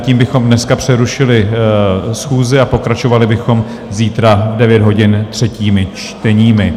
Tím bychom dneska přerušili schůzi a pokračovali bychom zítra v 9 hodin třetími čteními.